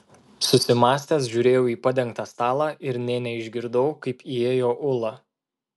susimąstęs žiūrėjau į padengtą stalą ir nė neišgirdau kaip įėjo ula